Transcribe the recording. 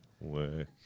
Work